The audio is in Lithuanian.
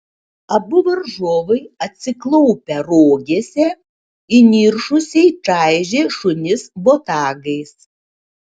abu varžovai atsiklaupę rogėse įniršusiai čaižė šunis botagais